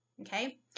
Okay